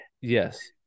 yes